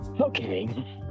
Okay